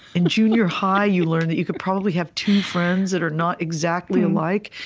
in junior high, you learned that you could probably have two friends that are not exactly alike,